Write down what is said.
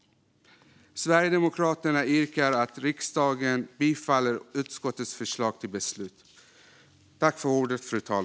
Jag yrkar bifall till utskottets förslag.